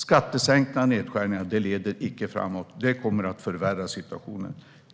Skattesänkningar och nedskärningar leder icke framåt. Det kommer att förvärra situationen.